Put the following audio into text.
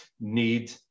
need